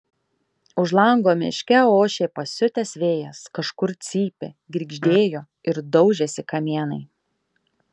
už lango miške ošė pasiutęs vėjas kažkur cypė girgždėjo ir daužėsi kamienai